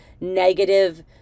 negative